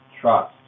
trust